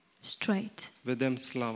straight